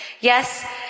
Yes